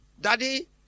Daddy